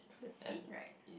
and it